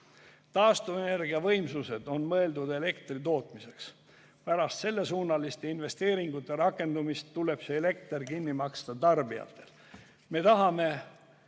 paljudele. Taastuvenergia võimsused on mõeldud elektri tootmiseks. Pärast sellesuunaliste investeeringute rakendumist tuleb see elekter kinni maksta tarbijatel.